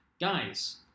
Guys